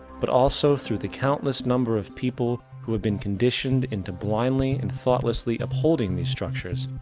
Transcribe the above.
but also throught the countless number of people who have been conditioned into blindly and thoughtlessly upholding these structures,